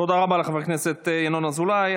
תודה רבה לחבר הכנסת ינון אזולאי.